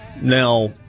Now